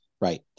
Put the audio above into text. Right